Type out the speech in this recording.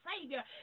Savior